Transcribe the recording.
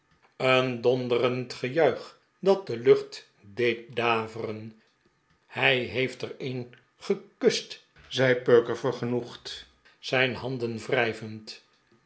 een donderend gejuich dat de lucht deed daveren hij heeft er een gekust zei perker vergenoegd in zijn handen